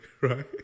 right